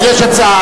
אז יש הצעה,